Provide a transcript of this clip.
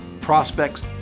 prospects